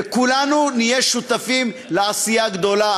וכולנו נהיה שותפים לעשייה גדולה.